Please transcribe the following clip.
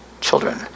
children